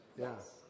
Yes